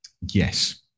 Yes